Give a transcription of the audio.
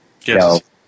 Yes